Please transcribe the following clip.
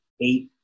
eight